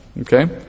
Okay